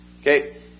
Okay